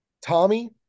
Tommy